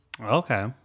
Okay